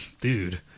Dude